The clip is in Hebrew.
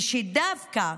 ושדווקא,